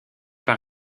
par